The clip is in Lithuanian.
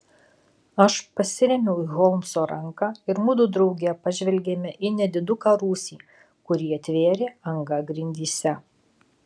aš pasirėmiau į holmso ranką ir mudu drauge pažvelgėme į nediduką rūsį kurį atvėrė anga grindyse